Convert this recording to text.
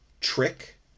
trick